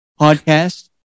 podcast